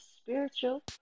spiritual